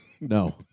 No